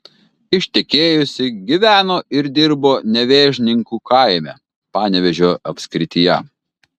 ištekėjusi gyveno ir dirbo nevėžninkų kaime panevėžio apskrityje